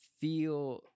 feel